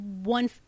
One